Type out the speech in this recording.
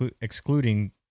excluding